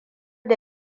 da